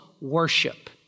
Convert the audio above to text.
worship